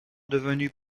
devenue